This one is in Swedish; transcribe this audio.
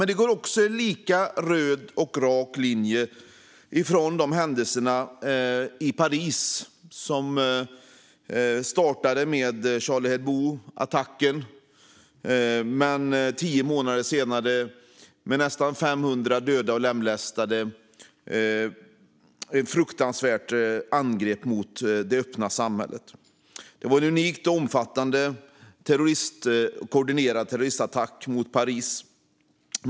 Det går en lika röd och rak linje från händelserna i Paris, som startade med attacken mot Charlie Hebdo. Tio månader senare blev nästan 500 döda eller lemlästade. Det var ett fruktansvärt angrepp på det öppna samhället. Det var en unik, omfattande och koordinerad terroristattack mot Paris.